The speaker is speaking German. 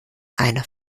einer